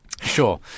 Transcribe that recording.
Sure